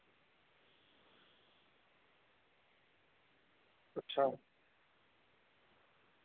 अच्छा